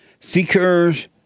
seekers